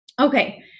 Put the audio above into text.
Okay